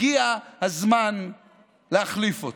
הגיע הזמן להחליף אותו.